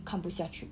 看不下去